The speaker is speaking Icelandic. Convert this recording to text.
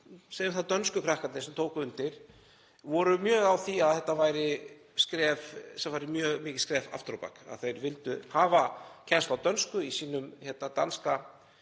Flestir dönsku krakkarnir sem tóku til máls voru mjög á því að þetta væri mjög mikið skref aftur á bak, að þau vildu hafa kennslu á dönsku í sínum danska